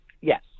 yes